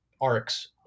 arcs